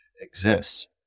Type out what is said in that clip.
exists